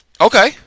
Okay